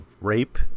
rape